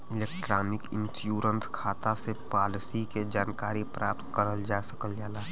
electronic insurance खाता से policy के जानकारी प्राप्त करल जा सकल जाला